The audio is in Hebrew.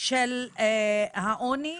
של העוני.